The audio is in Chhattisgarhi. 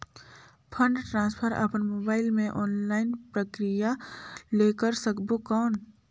फंड ट्रांसफर अपन मोबाइल मे ऑनलाइन प्रक्रिया ले कर सकबो कौन?